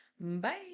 Bye